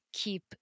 keep